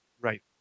Right